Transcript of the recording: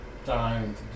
time